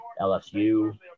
LSU